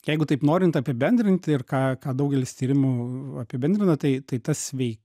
jeigu taip norint apibendrint ir ką ką daugelis tyrimų apibendrina tai tai ta svei